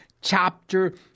chapter